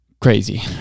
Crazy